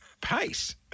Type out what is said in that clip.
pace